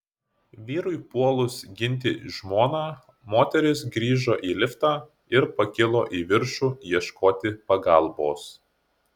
vyrui puolus ginti žmoną moteris grįžo į liftą ir pakilo į viršų ieškoti pagalbos